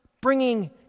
bringing